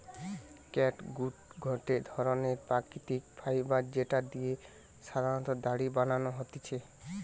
catgut গটে ধরণের প্রাকৃতিক ফাইবার যেটা দিয়ে সাধারণত দড়ি বানানো হতিছে